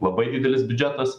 labai didelis biudžetas